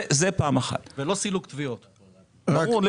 אני אשמח